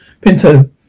Pinto